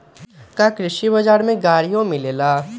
का कृषि बजार में गड़ियो मिलेला?